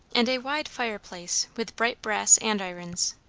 and a wide fireplace with bright brass andirons.